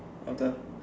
of the